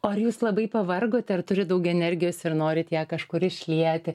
o ar jūs labai pavargote ar turit daug energijos ir norit ją kažkur išlieti